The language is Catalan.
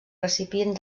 recipient